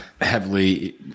Heavily